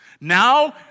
Now